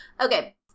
Okay